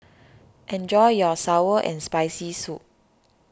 enjoy your Sour and Spicy Soup